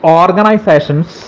organizations